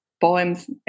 poems